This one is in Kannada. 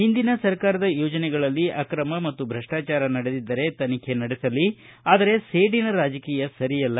ಹಿಂದಿನ ಸರ್ಕಾರದ ಯೋಜನೆಗಳಲ್ಲಿ ಆಕ್ರಮ ಮತ್ತು ಭಷ್ಟಾಚಾರ ನಡೆದಿದ್ದರೆ ತನಿಖೆ ನಡೆಸಲಿ ಆದರೆ ಸೇಡಿನ ರಾಜಕೀಯ ಸರಿಯಲ್ಲ